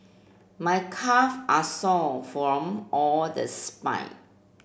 my calve are sore from all the